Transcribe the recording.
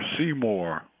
Seymour